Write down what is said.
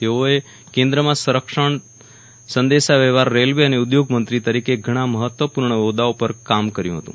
તેઓએ કેન્દ્રમાં સંરક્ષણ સંદેશા વ્યવહાર રેલ્વે અને ઉઘોગ મંત્રી તરીકે ઘણા મહત્વપૂર્ણ હોદ્દાઓ પર કાર્ય કર્યું હતું